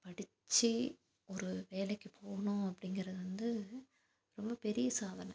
படித்து ஒரு வேலைக்கு போகணும் அப்படிங்கிறது வந்து ரொம்ப பெரிய சாதனை